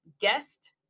guest